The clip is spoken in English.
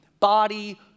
body